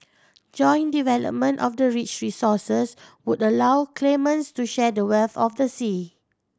joint development of the rich resources would allow claimants to share the wealth of the sea